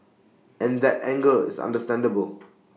and that anger is understandable